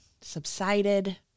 subsided